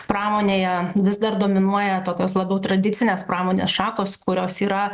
pramonėje vis dar dominuoja tokios labiau tradicinės pramonės šakos kurios yra